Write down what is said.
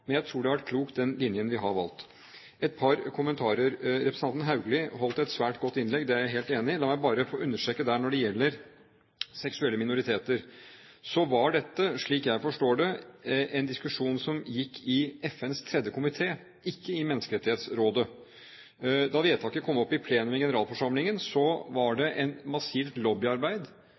Men jeg tror den linjen vi har valgt, har vært klok. Et par kommentarer: Representanten Haugli holdt et svært godt innlegg, det er jeg helt enig i. La meg bare få understreke at når det gjelder seksuelle minoriteter, så var dette, slik jeg forstår det, en diskusjon som pågikk i FNs tredje komité, ikke i Menneskerettighetsrådet. Da vedtaket kom opp i plenum i generalforsamlingen, var det et massivt lobbyarbeid